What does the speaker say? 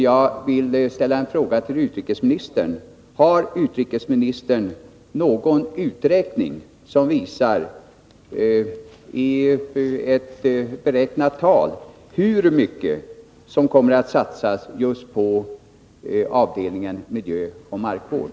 Jag vill ställa en fråga till utrikesministern: Har utrikesministern någon uträkning som visar, i reella tal, hur mycket som kommer att satsas just på avdelningen miljöoch markvård?